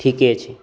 ठीके छै